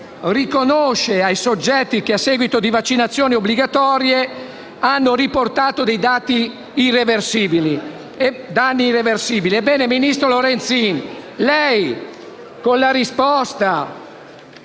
indennizzi ai soggetti che, a seguito di vaccinazioni obbligatorie, hanno riportato danni irreversibili. Ebbene, ministro Lorenzin, lei, con la risposta